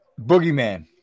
Boogeyman